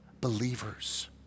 believers